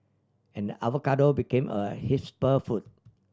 and avocado became a food